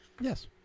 Yes